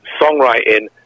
songwriting